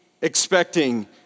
expecting